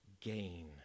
gain